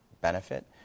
benefit